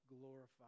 glorified